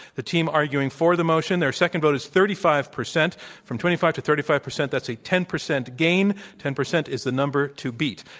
the team arguing for the motion their second vote is thirty five percent from twenty five to thirty five percent. that's a ten percent gain ten percent is the number to beat.